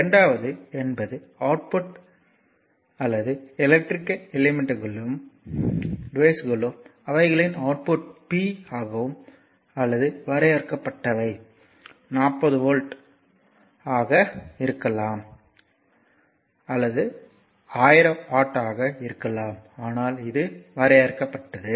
இரண்டாவது என்பது அவுட்புட் அல்லது எலக்ட்ரிகல் எலிமெண்ட்ஸ்களும் டிவைய்ஸ்களும் அவைகளின் அவுட்புட் p ஆகவும் அல்லது வரையறுக்கப்பட்டவை 40 வாட் ஆக இருக்கலாம் 1000 ஆக இருக்கலாம் ஆனால் அது வரையறுக்கப்பட்டது